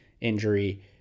injury